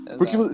Porque